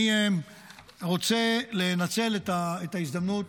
אני רוצה לנצל את ההזדמנות